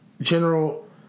General